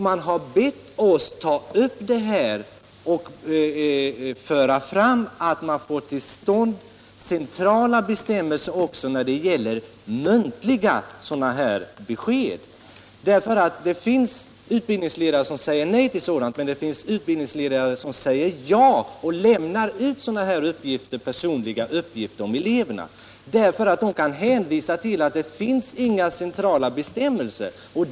Man har bett oss ta upp saken och begära att det kommer till stånd centrala bestämmelser också när det gäller muntliga besked av detta slag. Det finns utbildningsledare som säger nej till sådant här, men det finns även utbildningsledare som säger ja och lämnar ut personliga uppgifter om eleverna på grund av att de kan hänvisa till att det inte finns några centrala bestämmelser.